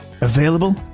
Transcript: Available